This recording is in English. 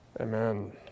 Amen